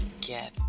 Get